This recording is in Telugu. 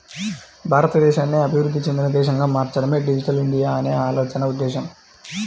భారతదేశాన్ని అభివృద్ధి చెందిన దేశంగా మార్చడమే డిజిటల్ ఇండియా అనే ఆలోచన ఉద్దేశ్యం